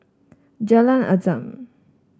Jalan Azam